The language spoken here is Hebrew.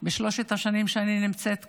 בשלוש השנים שאני נמצאת כאן,